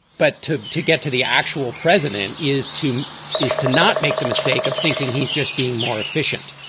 but to to get to the actual president is to is to not make the mistake of thinking he's just being more efficient,